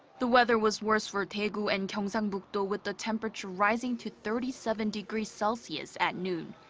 the weather was worst for daegu and gyeongsangbuk-do with the temperature rising to thirty seven degrees celsius at noon.